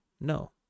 No